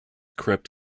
crept